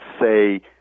say